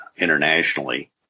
internationally